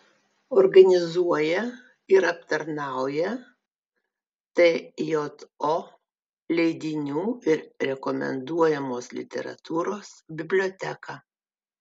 organizuoja ir aptarnauja tjo leidinių ir rekomenduojamos literatūros biblioteką